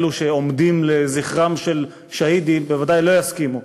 אלה שעומדים לזכרם של שהידים בוודאי לא יסכימו.